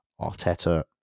Arteta